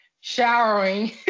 showering